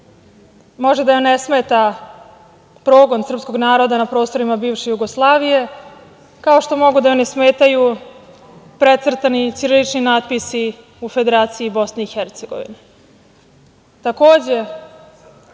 Može da joj ne smeta progon srpskog naroda na prostorima bivše Jugoslavije, kao što mogu da joj ne smetaju precrtani ćirilični natpisi u Federaciji BiH.